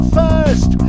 first